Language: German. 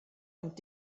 und